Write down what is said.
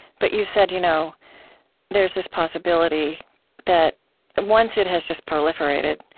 but you've said you know there's this possibility that once it has just proliferated,